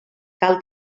cal